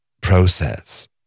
process